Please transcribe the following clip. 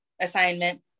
assignment